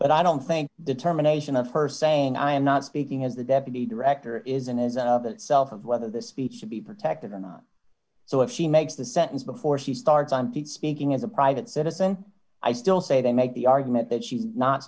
but i don't think determination of her saying i am not speaking as the deputy director isn't is that self of whether the speech should be protected or not so if she makes the sentence before she starts on to it speaking as a private citizen i still say they make the argument that she's not